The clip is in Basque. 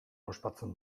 ospatzen